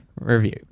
review